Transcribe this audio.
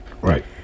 Right